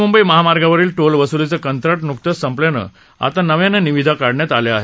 मुंबई प्णे महामार्गावरील टोलवसुलीचं कंत्राट नुकतंच संपल्यानं आता नव्यानं निविदा काढण्यात आल्या आहेत